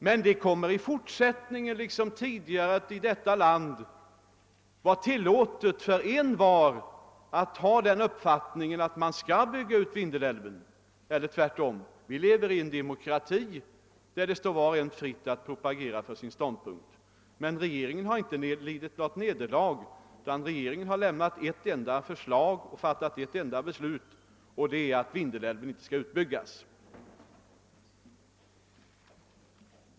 Men det kommer i fortsättningen liksom tidigare att i detta land vara tilllåtet för envar att ha den uppfattningen att man skall bygga ut Vindelälven — eller tvärtom. Vi lever i en demokrati, där det står var och en fritt att propagera för sin ståndpunkt. Men regeringen har inte lidit något nederlag, utan re geringen har lämnat ett enda förslag och fattat ett enda beslut, och det är att Vindelälven inte skall utbyggas.